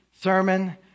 sermon